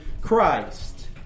Christ